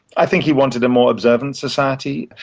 i think he wanted a more observant society.